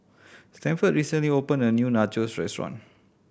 Stafford recently opened a new Nachos Restaurant